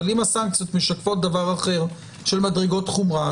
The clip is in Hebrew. אבל אם הסנקציות משקפות דבר אחר של מדרגות חומרה,